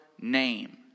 name